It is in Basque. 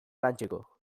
lantzeko